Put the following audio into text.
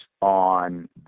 on